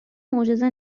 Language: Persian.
معجزه